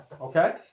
okay